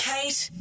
Kate